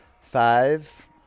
Five